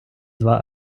два